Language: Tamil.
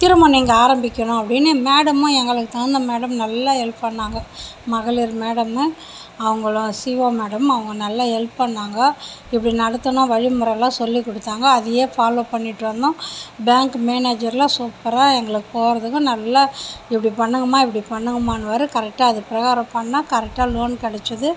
திரும்ப நீங்கள் ஆரம்பிக்கணும் அப்படின்னு மேடமும் எங்களுக்கு தகுந்த மேடம் நல்லா ஹெல்ப் பண்ணாங்க மகளிர் மேடமு அவங்களும் சிஓ மேடம் அவங்க நல்லா ஹெல்ப் பண்ணாங்க இப்படி நடத்தணும் வழிமுறைலாம் சொல்லி கொடுத்தாங்க அதையே ஃபாலோ பண்ணிவிட்டு வந்தோம் பேங்க் மேனேஜர்லாம் சூப்பராக எங்களுக்கு போகிறதுக்கு நல்லா இப்படி பண்ணுங்கம்மா இப்படி பண்ணுங்கம்மான்னு வேறு கரெக்டாக அது பிரகாரம் பண்ணால் கரெக்டாக லோன் கெடைச்சிது